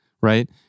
Right